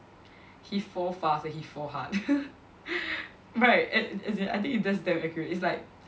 he fall fast and he fall hard right as as in I think he's just damn accurate it's like